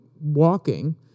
walking